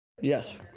Yes